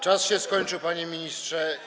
Czas się skończył, panie ministrze.